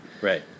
Right